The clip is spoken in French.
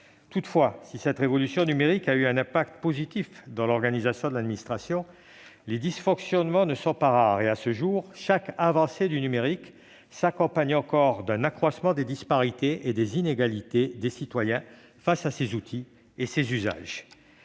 Toutefois, si cette révolution numérique a eu un impact positif dans l'organisation de l'administration, les dysfonctionnements ne sont pas rares. À ce jour, chaque avancée du numérique s'accompagne encore d'un accroissement des disparités et des inégalités des citoyens face à ces outils et à leurs usages.